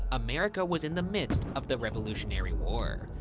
america was in the midst of the revolutionary war.